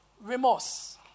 remorse